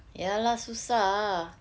ya lah susah